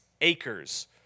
acres